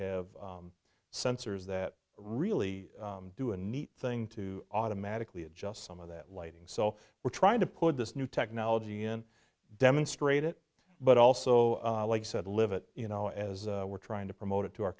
have sensors that really do a neat thing to automatically adjust some of that lighting so we're trying to put this new technology and demonstrate it but also like you said live it you know as we're trying to promote it to our